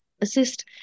assist